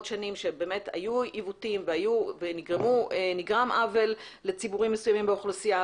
שנים שבאמת היו עיוותים ונגרם עוול לציבורים מסוימים באוכלוסייה,